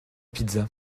pizza